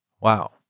Wow